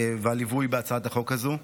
והליווי בהצעת החוק הזו,